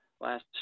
last